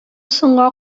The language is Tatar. соңга